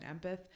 empath